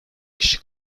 kişi